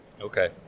Okay